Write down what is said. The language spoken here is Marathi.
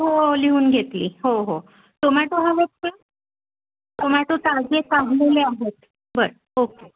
हो लिहून घेतली हो हो टोमॅटो हवा का टोमॅटो ताजे काढलेले आहेत बरं ओके